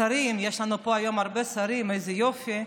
שרים, יש לנו פה היום הרבה שרים, איזה יופי,